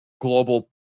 global